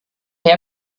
herr